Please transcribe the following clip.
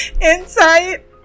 insight